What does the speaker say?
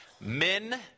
men